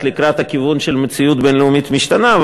לקראת הכיוון של מציאות בין-לאומית משתנה,